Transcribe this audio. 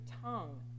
tongue